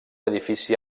edifici